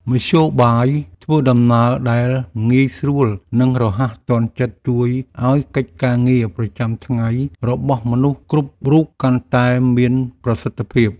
មធ្យោបាយធ្វើដំណើរដែលងាយស្រួលនិងរហ័សទាន់ចិត្តជួយឱ្យកិច្ចការងារប្រចាំថ្ងៃរបស់មនុស្សគ្រប់រូបកាន់តែមានប្រសិទ្ធភាព។